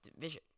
division